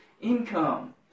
income